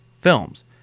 films